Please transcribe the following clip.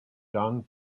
dong